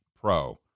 pro